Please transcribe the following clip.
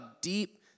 deep